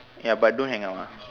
ya but don't hang up ah